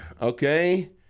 okay